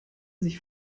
sich